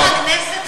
חבר הכנסת חסון,